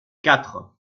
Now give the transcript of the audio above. quatre